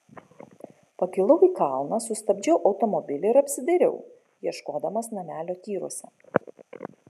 pakilau į kalną sustabdžiau automobilį ir apsidairiau ieškodamas namelio tyruose